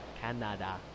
Canada